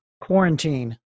quarantine